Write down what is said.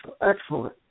excellent